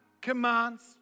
commands